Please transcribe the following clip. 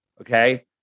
okay